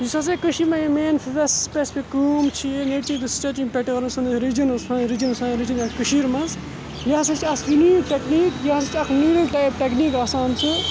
یُس ہَسا کٔشیٖر مَنٛز یہِ مین سپیٚسفِک کٲم چھِ یہِ نیچَر رِسیٚرچِنٛگ پیٚٹرن سُن رِجَن سانہِ رِجَن یا کٔشیٖرِ مَنٛز یہِ ہَسا چھِ آسان یوٗنیٖک ٹیٚکنیٖک یہِ ہَسا ٹیٚکنیٖک آسان